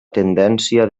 tendència